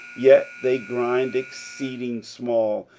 yet they grind exceeding small,